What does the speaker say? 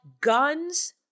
guns